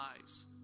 lives